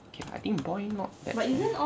okay I think boy not that